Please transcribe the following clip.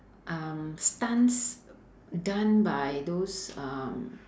um stunts done by those um